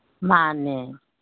ꯃꯥꯅꯦ